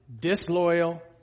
disloyal